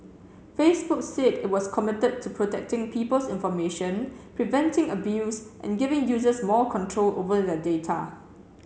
Facebook said it was committed to protecting people's information preventing abuse and giving users more control over their data